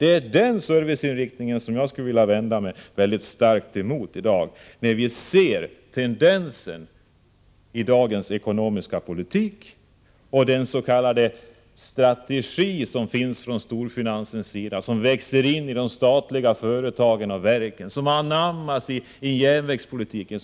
Det är denna serviceinriktning som jag skulle vilja vända mig mycket bestämt emot nu när vi ser tendensen i dagens ekonomiska politik och i den s.k. strategi som finns hos storfinansen, en strategi som växer in i de statliga företagen och verken och som anammas inom järnvägspolitiken.